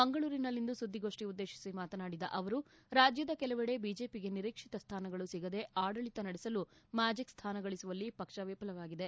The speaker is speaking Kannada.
ಮಂಗಳೂರಿನಲ್ಲಿಂದು ಸುದ್ದಿಗೋಷ್ಠಿ ಉದ್ದೇಶಿಸಿ ಮಾತನಾಡಿದ ಅವರು ರಾಜ್ಯದ ಕೆಲವೆಡೆ ಬಿಜೆಪಿಗೆ ನಿರೀಕ್ಷಿತ ಸ್ಥಾನಗಳು ಸಿಗದೆ ಆಡಳಿತ ನಡೆಸಲು ಮ್ಯಾಜಿಕ್ ಸ್ಥಾನಗಳಿಸುವಲ್ಲಿ ಪಕ್ಷ ವಿಫಲವಾಗಿದೆ